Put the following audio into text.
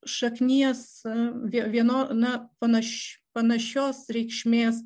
šaknies vie vieno na panaši panašios reikšmės